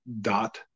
dot